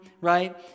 right